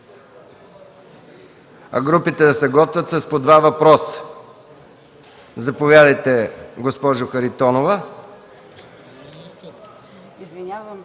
а групите да се готвят с по два въпроса. Заповядайте, госпожо Харитонова.